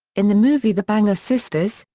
in the movie the banger sisters,